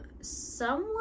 somewhat